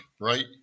right